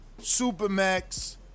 Supermax